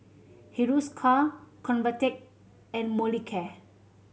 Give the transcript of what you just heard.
Hiruscar Convatec and Molicare